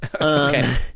Okay